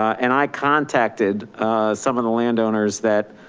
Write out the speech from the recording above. and i contacted some of the landowners. that